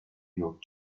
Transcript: york